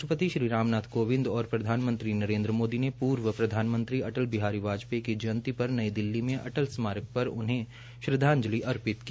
राष्ट्रपति राम नाथ कोविंद और प्रधानमंत्री नरेन्द्र मोदी ने पूर्व प्रधानमंत्री अटल बिहारी वाजपेयी की जंयती पर नई दिल्ली में अटल स्मारक पर उन्हें श्रद्धांजलि अर्पित की